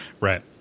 Right